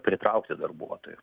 pritraukti darbuotojų